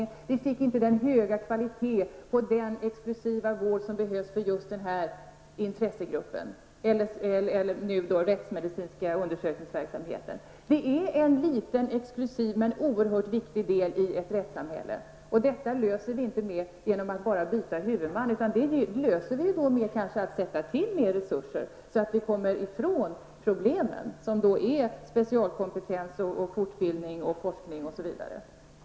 Inte heller fick vi den höga kvalitet på den exklusiva vård som behövs för just den här intressegruppen, dvs. den rättsmedicinska undersökningsverksamheten. Denna utgör en liten exklusiv, men oerhört viktig, del av rättssamhället. Problemen löses alltså inte genom enbart ett byte av huvudman. I stället behövs det kanske större resurser för att vi skall kunna komma bort från problemen. Det handlar alltså om att åstadkomma specialistkompetens, fortbildning, forskning osv.